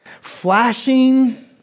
Flashing